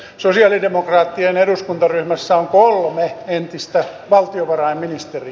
sosialidemokraattien eduskuntaryhmässä on kolme entistä valtiovarainministeriä